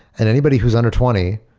and anybody who's under twenty,